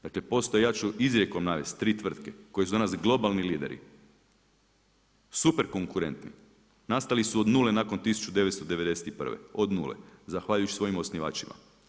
Dakle postoje ja ću izrijekom navesti tri tvrtke koje su danas globalni lideri, super konkurentni nastali su od nule nakon 1991. od nule zahvaljujući svojim osnivačima.